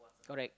correct